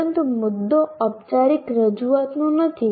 પરંતુ મુદ્દો ઓપચારિક રજૂઆતનો નથી